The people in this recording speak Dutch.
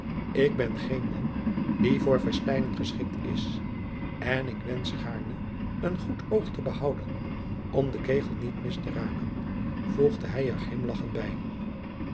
ik ben geen man die voor festijnen geschikt is en ik wensch gaarne een goed oog te behouden om den kegel niet mis te raken voegde hij er grimlagchend bij